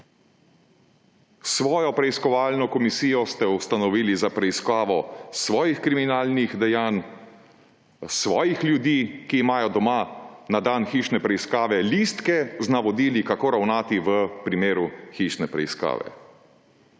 Svojo preiskovalno komisijo ste ustanovili za preiskavo svojih kriminalnih dejanj, svojih ljudi, ki imajo doma na dan hišne preiskave listke z navodili, kako ravnati v primeru hišne preiskave.